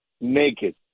Naked